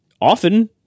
often